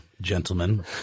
gentlemen